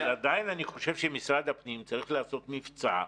אבל עדיין אני חושב שמשרד הפנים צריך לעשות מבצע,